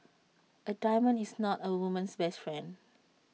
A diamond is not A woman's best friend